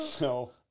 No